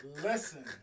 Listen